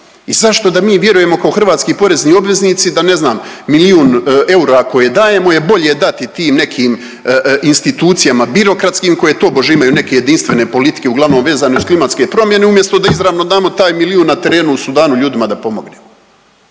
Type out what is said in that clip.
I zašto da mi vjerujemo kao hrvatski porezni obveznici da, ne znam, milijun eura koje dajemo je bolje dati tim nekim institucijama birokratskim koje tobože imaju neke jedinstvene politike, uglavnom vezane uz klimatske promjene umjesto da izravno damo taj milijun na terenu u Sudanu ljudima da pomognemo.